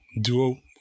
duo